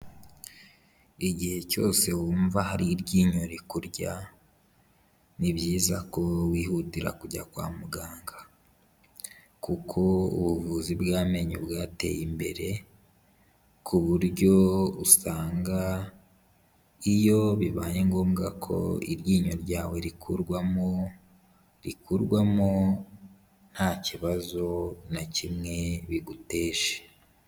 Igihe cyose wumva hari iryinyo rikurya, ni byiza ko wihutira kujya kwa muganga kuko ubuvuzi bw'amenyo bwateye imbere, ku buryo usanga iyo bibaye ngombwa ko iryinyo ryawe rikurwamo, rikurwamo ntakibazo na kimwe biguteje.